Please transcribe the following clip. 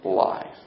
life